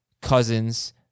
Cousins